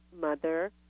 mother